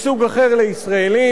מסוג אחר לישראלים.